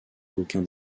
aucun